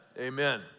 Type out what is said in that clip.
Amen